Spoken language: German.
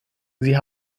sie